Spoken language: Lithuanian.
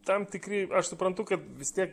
tam tikri aš suprantu kad vis tiek